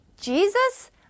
Jesus